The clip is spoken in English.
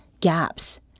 gaps